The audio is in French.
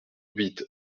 huit